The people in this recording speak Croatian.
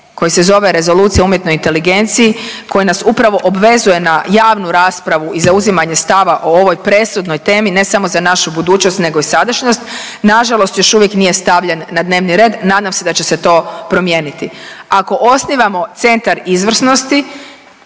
koji se zove Rezolucija o umjetnoj inteligenciji koji nas upravo obvezuje na javnu raspravu i zauzimanje stava o ovoj presudnoj temi, ne samo za našu budućnost nego i sadašnjost, nažalost još uvijek nije stavljen na dnevni red, nadam se da će se to promijeniti. Ako osnivamo centar izvrsnosti